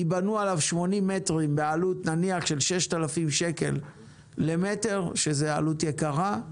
ייבנו עליו 80 מטרים בעלות נניח של 6,000 שקלים למטר שזו עלות יקרה,